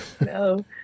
no